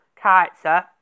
character